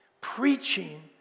preaching